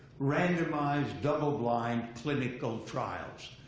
randomized, double-blind clinical trials.